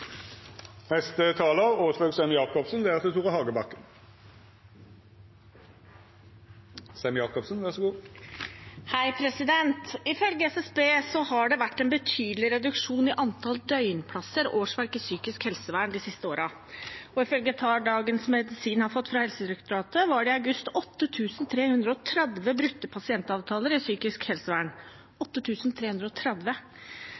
Ifølge SSB har det vært en betydelig reduksjon i antall døgnplasser og årsverk i psykisk helsevern de siste årene. Og ifølge tall Dagens Medisin har fått fra Helsedirektoratet, var det i august 8 330 brutte pasientavtaler innen psykisk helsevern – 8 330. Og